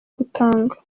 gutanga